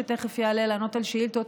שתכף יעלה לענות על שאילתות,